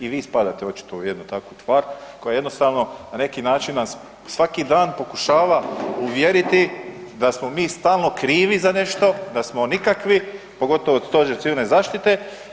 I vi spadate očito u jednu takvu tvar koja jednostavno na neki način nas svaki dan pokušava uvjeriti da smo mi stalno krivi za nešto, da smo nikakvi, pogotovo Stožer Civilne zaštite.